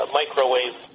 microwave